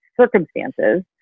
circumstances